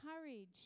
courage